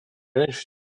раньше